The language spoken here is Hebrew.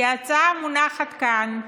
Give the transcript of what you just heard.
כי ההצעה המונחת כאן,